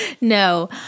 No